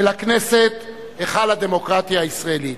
ולכנסת, היכל הדמוקרטיה הישראלית.